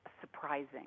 surprising